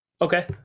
Okay